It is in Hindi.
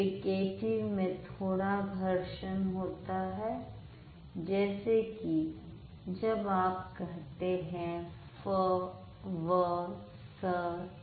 फ्रीकेटिव में थोड़ा घर्षण होता है जैसे कि जब आप कहते हैं फ व स थ